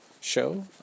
show